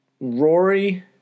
Rory